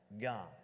God